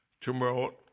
tomorrow